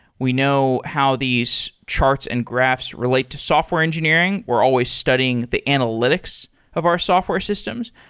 we know how these charts and graphs relate to software engineering. we're always studying the analytics of our software systems.